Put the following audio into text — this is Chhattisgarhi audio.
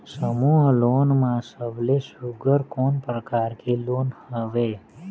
समूह लोन मा सबले सुघ्घर कोन प्रकार के लोन हवेए?